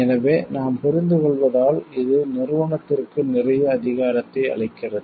எனவே நாம் புரிந்துகொள்வதால் இது நிறுவனத்திற்கு நிறைய அதிகாரத்தை அளிக்கிறது